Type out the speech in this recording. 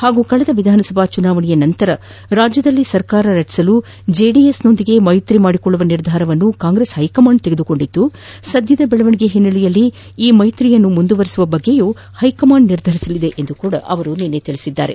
ಹಾಗೂ ಕಳೆದ ವಿಧಾನಸಭಾ ಚುನಾವಣೆಯ ನಂತರ ರಾಜ್ಯದಲ್ಲಿ ಸರ್ಕಾರ ರಚಿಸಲು ಜೆಡಿಎಸ್ನೊಂದಿಗೆ ಮೈತ್ರಿ ಮಾಡಿಕೊಳ್ಳುವ ನಿರ್ಧಾರವನ್ನು ಕಾಂಗ್ರೆಸ್ ಹೈಕಮಾಂಡ್ ತೆಗೆದುಕೊಂಡಿತ್ತು ಸದ್ಯದ ಬೆಳವಣಿಗೆಯಲ್ಲಿ ಮೈತ್ರಿ ಮುಂದುವರಿಕೆಯ ಬಗ್ಗೆಯೂ ಹೈಕಮಾಂಡ್ ನಿರ್ಧರಿಸಲಿದೆ ಎಂದು ಹೇಳಿದ್ದಾರೆ